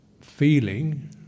feeling